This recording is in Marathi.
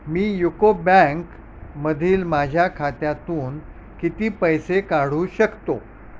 मी युको बँक मधील माझ्या खात्यातून किती पैसे काढू शकतो